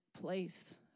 place